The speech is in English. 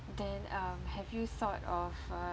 then uh have you sort of uh